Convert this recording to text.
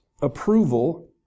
approval